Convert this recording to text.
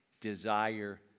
desire